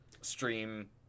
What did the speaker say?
stream